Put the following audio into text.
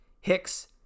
Hicks